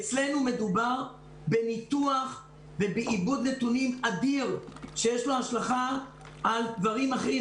אצלנו מדובר בניתוח ובעיבוד נתונים אדיר שיש לו השלכה על דברים אחרים.